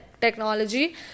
technology